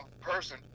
person